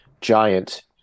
giant